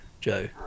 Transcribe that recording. Joe